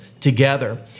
together